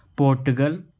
Portugal